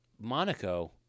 monaco